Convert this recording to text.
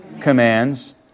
commands